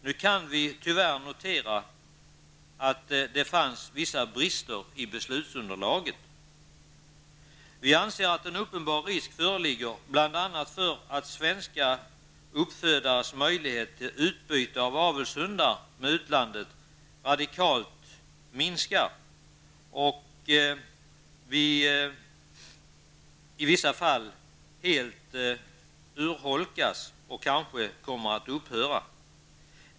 Nu kan vi tyvärr notera vissa brister i beslutsunderlaget. Vi anser att en uppenbar risk föreligger bl.a. för att svenska uppfödares möjlighet till utbyte av avelshundar med utlandet radikalt minskar och i vissa fall urholkas och helt upphör.